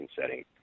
setting